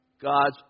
God's